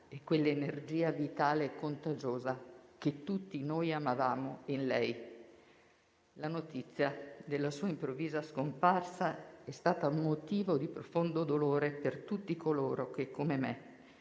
e quella energia vitale e contagiosa che tutti noi amavamo in lei. La notizia della sua improvvisa scomparsa è stata motivo di profondo dolore per tutti coloro che, come me,